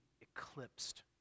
eclipsed